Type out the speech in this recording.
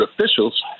officials